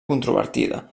controvertida